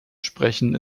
sprechen